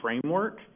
framework